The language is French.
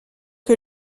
que